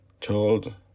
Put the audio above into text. told